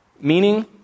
Meaning